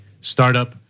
startup